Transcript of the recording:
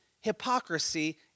hypocrisy